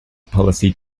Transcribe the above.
policy